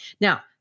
Now